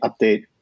update